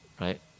right